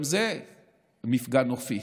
גם זה מפגע נופי.